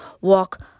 walk